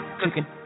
cooking